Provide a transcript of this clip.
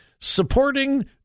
Supporting